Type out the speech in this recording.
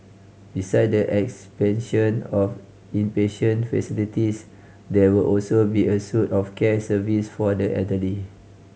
beside the expansion of inpatient facilities there will also be a suit of care service for the elderly